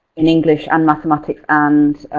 in english and mathematics and